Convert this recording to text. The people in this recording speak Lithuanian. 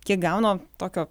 kiek gauna tokio